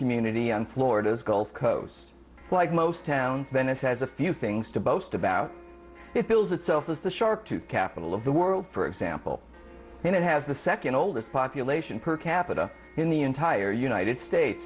community on florida's gulf coast like most towns venice has a few things to boast about it bills itself as the shark two capital of the world for example and it has the second oldest population per capita in the entire united states